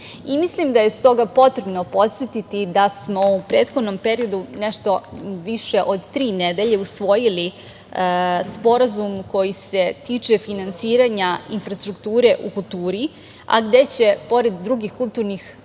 mislim da je s toga potrebno podsetiti da smo u prethodnom periodu nešto više od tri nedelje usvojili Sporazum koji se tiče finansiranja infrastrukture u kulturi, a gde će pored drugih kulturnih ustanova